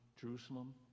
Jerusalem